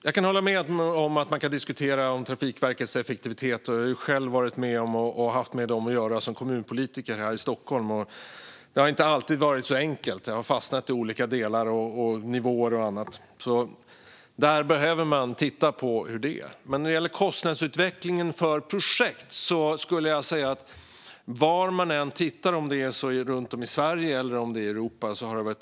Jag kan hålla med om att man kan diskutera Trafikverkets effektivitet. Jag har själv haft med dem att göra som kommunpolitiker här i Stockholm. Det har inte alltid varit så enkelt. Saker har fastnat i olika delar och på olika nivåer. Man behöver se över detta. Kostnadsutvecklingen för projekt har varit enorm var man än tittar runt om i Sverige och Europa, skulle jag säga.